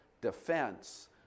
defense